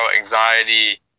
anxiety